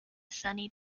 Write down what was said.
sunny